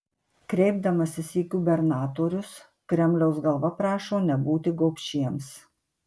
kreipdamasis į gubernatorius kremliaus galva prašo nebūti gobšiems